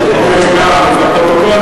תודה.